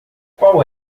qual